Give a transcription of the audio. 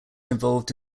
involved